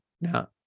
now